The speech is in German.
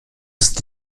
ist